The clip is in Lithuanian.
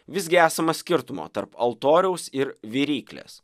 visgi esama skirtumo tarp altoriaus ir viryklės